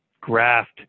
graft